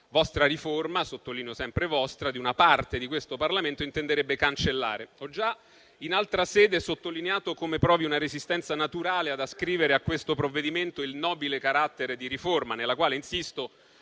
vostra riforma - sottolineo sempre vostra - e di una parte di questo Parlamento intenderebbe cancellare. Ho già in altra sede sottolineato come provi una resistenza naturale ad ascrivere a questo provvedimento il nobile carattere di riforma, nella quale - insisto